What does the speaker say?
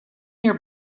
your